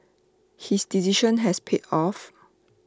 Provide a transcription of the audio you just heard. his decision has paid off